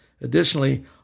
Additionally